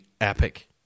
epic